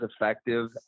effective